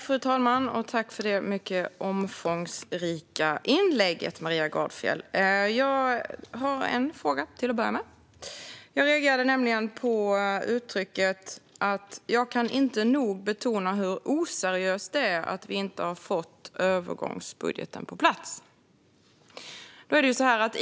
Fru talman! Tack för det mycket omfångsrika inlägget, Maria Gardfjell! Jag har en fråga till att börja med. Jag reagerade nämligen på uttalandet att hon inte nog kan betona hur oseriöst det är att vi inte har fått övergångsbudgeten på plats.